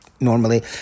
normally